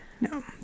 No